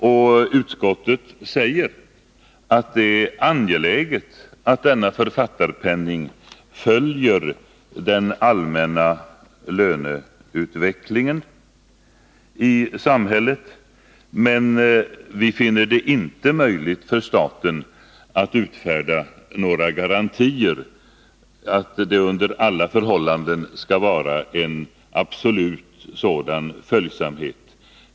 Onsdagen den Utskottet säger att det är angeläget att författarpenningen följer den 13 maj 1981 allmänna löneutvecklingen i samhället, men vi finner det inte möjligt för staten att utfärda några garantier för att det under alla förhållanden skall vara en absolut sådan följsamhet.